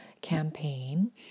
campaign